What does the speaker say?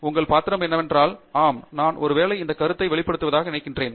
உங்கள் பாத்திரம் என்னவென்றால் ஆம் நான் ஒருவேளை இந்த கருத்தை வெளிப்படுத்துவதாக நினைக்கிறேன்